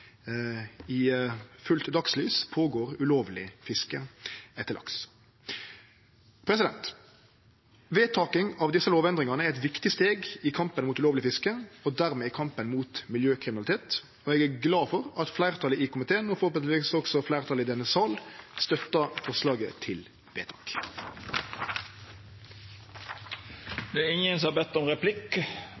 i fullt dagslys er ulovleg fiske etter laks. Vedtaking av desse lovendringane er eit viktig steg i kampen mot ulovleg fiske og dermed i kampen mot miljøkriminalitet, og eg er glad for at fleirtalet i komiteen, og vonleg også fleirtalet i denne salen, støttar forslaget til vedtak. Fleire har ikkje bedt om